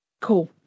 cool